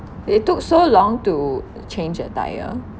they took so long to change the tyre